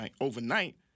overnight